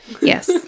Yes